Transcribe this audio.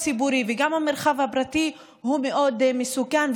הציבורי וגם המרחב הפרטי מאוד מסוכן,